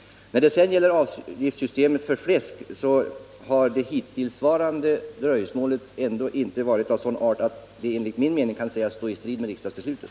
När det gäller avgiftssystemet för fläsk har det hittillsvarande dröjsmålet inte varit av sådan art att det enligt min mening kan sägas stå i strid med riksdagsbeslutet.